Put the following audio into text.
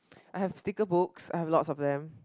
I have sticker books I have lots of them